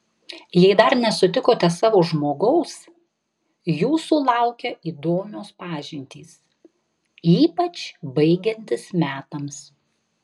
jei dar nesutikote savo žmogaus jūsų laukia įdomios pažintys ypač baigiantis metams